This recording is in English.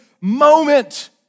moment